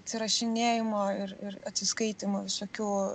atsirašinėjimo ir ir atsiskaitymų visokių